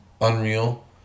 unreal